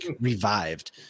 revived